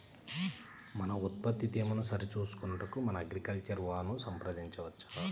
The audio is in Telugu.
మన ఉత్పత్తి తేమను సరిచూచుకొనుటకు మన అగ్రికల్చర్ వా ను సంప్రదించవచ్చా?